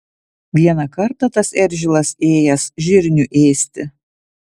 vieną kartą tas eržilas ėjęs žirnių ėsti